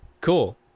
cool